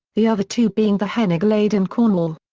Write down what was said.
the other two being the hen ogledd and cornwall.